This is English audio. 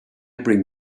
bring